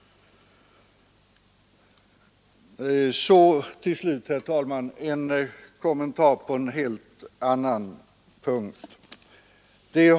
Till slut, herr talman, en kommentar på en helt annan punkt.